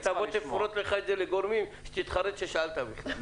היא תפרוט לך את השאלה הכללית שלך לגורמים ואתה תתחרט ששאלת בכלל.